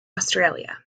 australia